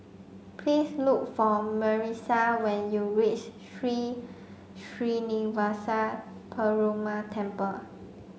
please look for Marissa when you reach Sri Srinivasa Perumal Temple